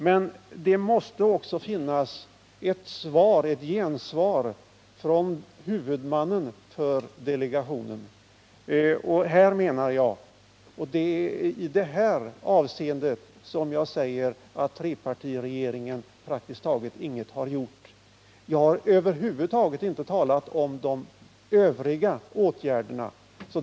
Men det måste också bli gensvar från delegationens huvudman. Det är i detta avseende som jag menar att trepartiregeringen har gjort praktiskt taget ingenting. Jag har över huvud taget inte talat om de övriga åtgärderna.